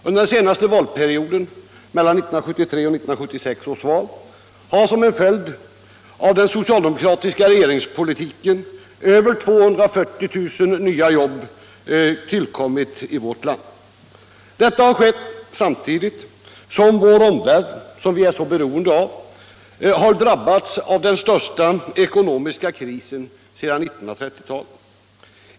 Under den senaste valperioden, mellan 1973 och 1976 års val, har som en följd av den socialdemokratiska regeringspolitiken över 240 000 nya jobb tillkommit i vårt land. Detta har skett samtidigt som vår omvärld, som vi är så beroende av, har drabbats av den största ekonomiska krisen sedan 1930-talet.